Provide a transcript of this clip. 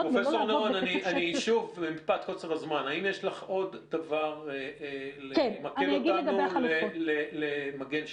--- האם יש לך עוד משהו שאת יכולה למקד אותנו למגן 2?